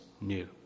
new